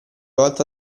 alta